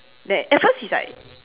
like at first he's like